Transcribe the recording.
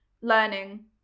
learning